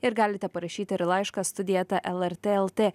ir galite parašyti ir laišką studija eta lrt lt